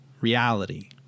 reality